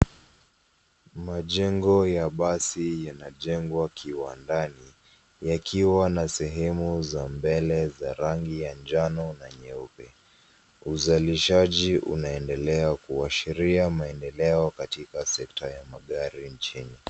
Majengo ya basi yanajengwa kiwandani yakiwa na sehemu za mbele za rangi ya njano na nyeupe. Uzalishaji unaendelea kuashiria maendeleo katika sekta ya magari nchini.